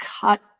cut